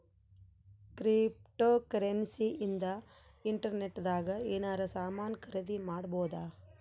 cryptocurrency ಇಂದ internet ದಾಗ ಎನಾರ ಸಾಮನ್ ಖರೀದಿ ಮಾಡ್ಬೊದು